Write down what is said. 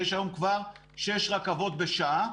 יש היום כבר שש רכבות בשעה,